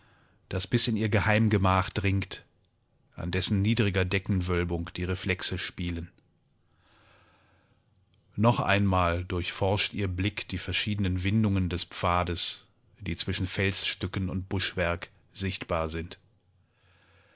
das bis in ihr geheimgemach dringt an dessen niedriger deckenwölbung die reflexe spielen noch einmal durchforscht ihr blick die verschiedenen windungen des pfades die zwischen felsstücken und buschwerk sichtbar sind